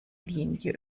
linie